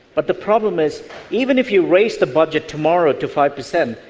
but the problem is even if you raise the budget tomorrow to five percent,